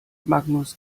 magnus